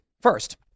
First